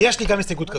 החרגנו את זה.